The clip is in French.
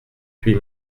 huit